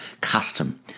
custom